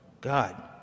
God